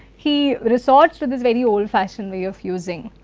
he resorts to this very old fashion way of using.